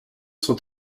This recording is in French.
sont